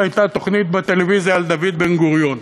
הייתה תוכנית בטלוויזיה על דוד בן-גוריון.